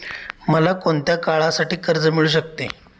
मला कोणत्या काळासाठी कर्ज मिळू शकते?